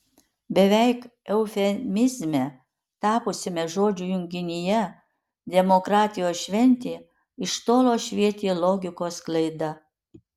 beveik eufemizme tapusiame žodžių junginyje demokratijos šventė iš tolo švietė logikos klaida